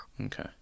Okay